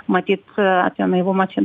matyt a apie naivumą čia